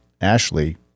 Ashley